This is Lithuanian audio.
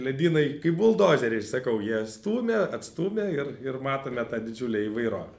ledynai kaip buldozeriai sakau jie stumė atstūmė ir ir matome tą didžiulę įvairovę